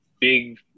big